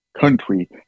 country